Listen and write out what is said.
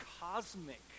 cosmic